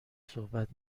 صحبت